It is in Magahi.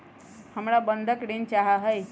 हमरा बंधक ऋण चाहा हई